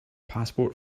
passport